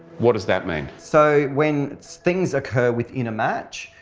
what does that mean? so when things occur within a match,